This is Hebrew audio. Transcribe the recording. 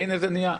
והנה זה קרה.